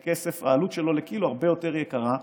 כסף, העלות שלו לקילו היא הרבה יותר גבוהה.